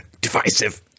divisive